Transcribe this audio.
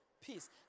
Peace